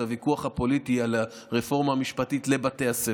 הוויכוח הפוליטי על הרפורמה המשפטית בבתי הספר.